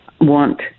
want